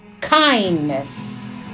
kindness